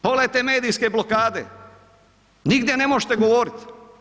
Pogledajte medijske blokade, nigdje ne možete govoriti.